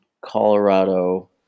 colorado